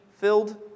filled